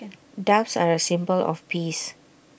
doves are A symbol of peace